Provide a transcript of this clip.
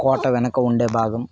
కోట వెనక ఉండే భాగం